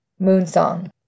Moonsong